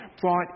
brought